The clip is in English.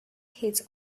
his